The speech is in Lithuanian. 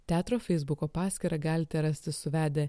teatro feisbuko paskyrą galite rasti suvedę